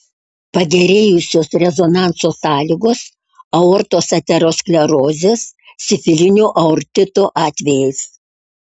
pagerėjusios rezonanso sąlygos aortos aterosklerozės sifilinio aortito atvejais